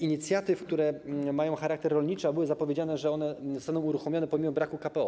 Inicjatywy, które mają charakter rolniczy, a było zapowiedziane, że zostaną one uruchomione pomimo braku KPO.